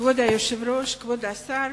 כבוד היושב-ראש, כבוד השר,